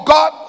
God